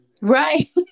right